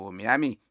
Miami